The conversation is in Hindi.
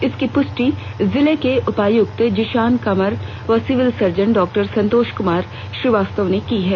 इसकी पुष्टि जिले के उपायुक्त जिशान कमर व civil surgeon doctor Santosh Kumar Srivastava ने की है